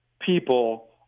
people